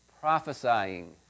prophesying